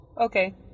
Okay